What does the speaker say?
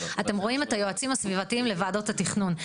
אתם רואים את היועצים הסביבתיים לוועדות התכנון.